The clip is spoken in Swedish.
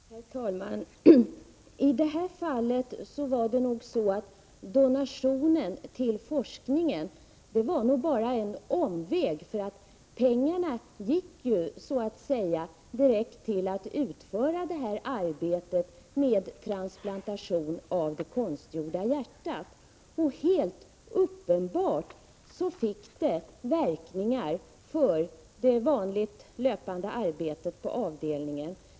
Herr talman! I det här fallet var det nog så att donationen till forskningen bara var en omväg, för pengarna gick så att säga direkt till utförande av arbetet med transplantation av det konstgjorda hjärtat. Det är helt uppenbart att detta fick verkningar för det vanliga, löpande arbetet på avdelningen.